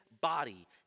body